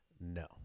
No